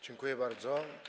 Dziękuję bardzo.